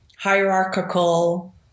Hierarchical